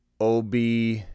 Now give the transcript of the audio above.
ob